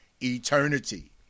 eternity